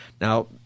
Now